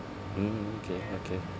mm okay okay